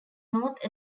north